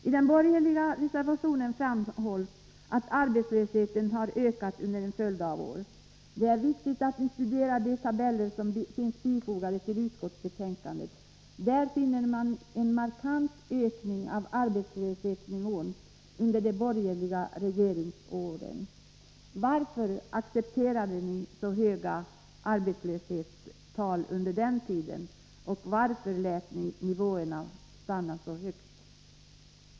I den borgerliga reservationen framhålls att arbetslösheten har ökat under en följd av år. Det är viktigt att ni studerar de tabeller som finns fogade till utskottets betänkande. Där finner man en markant ökning av arbetslöshetsnivån under de borgerliga regeringsåren. Varför accepterade ni de höga arbetslöshetsnivåerna då?